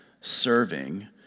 serving